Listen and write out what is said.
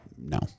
no